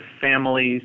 families